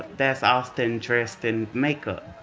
that's austin dressed in makeup.